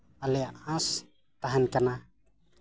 ᱟᱞᱮᱭᱟᱜ ᱟᱸᱥ ᱛᱟᱦᱮᱱ ᱠᱟᱱᱟ